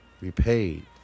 repaid